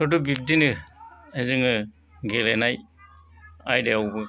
थेवबो बिबदिनो जों गेलेनाय आयदायावबो